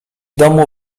domu